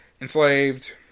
enslaved